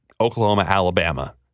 Oklahoma-Alabama